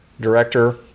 director